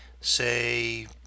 say